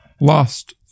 lost